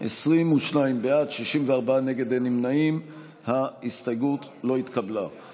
עם ישראל התפלל ביום הכיפורים "אבינו מלכנו מנע